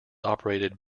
operated